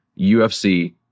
UFC